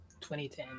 2010